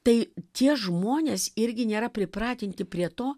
tai tie žmonės irgi nėra pripratinti prie to